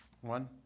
One